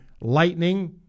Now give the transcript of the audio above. Lightning